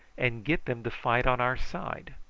and get them to fight on our side.